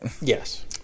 Yes